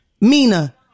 Mina